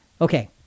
Okay